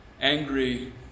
angry